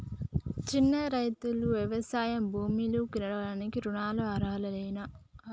చిన్న రైతులు వ్యవసాయ భూములు కొనడానికి రుణాలకు అర్హులేనా?